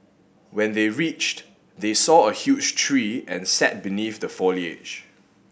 when they reached they saw a huge tree and sat beneath the foliage